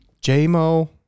J-Mo